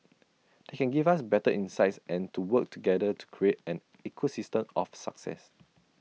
they can give us better insights and to work together to create an ecosystem of success